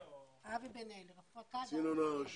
אבי בן אל, קצין הונאה ראשי.